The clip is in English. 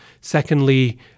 secondly